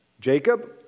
Jacob